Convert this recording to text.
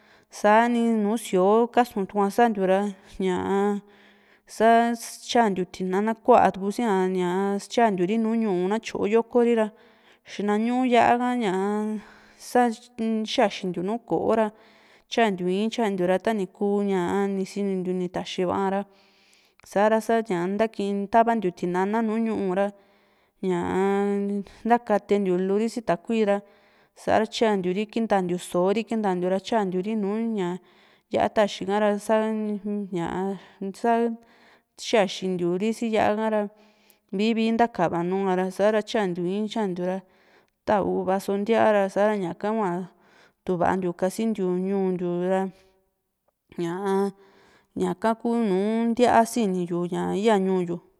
sani nùù síoo kasutukua santiu ra ña sa tyantiu tinana kuá sia ña tyantiuri nùù ñu´u na tyori yokori ra xina ñú´u yá´a ka sa xaxixntiu nu ko´o ra tyantiu ii´n tyantiu ra ña nisintiu taxi va´a ra sa´ra tavantiu tinana nu ñu´u ra ña ntakatentilu ri si takui ra sa´ra tyantiu ri kintantiu soori kintantiu ra tyantiu ri nu yá´a taxi ka´ra sa ña sa xaxintiu ri si yá´a ka´ra vii vii ntakava nua ra sa´ra tynatiu ii´n tyantiu ra ta u´va so ntiara sa´ra ñaka hua tuvantiu kasintiu ñuu ntiu ra ñaa ñaka ku nùù ntía siniyu ña ya ñuu yu.